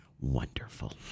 Wonderful